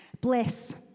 Bless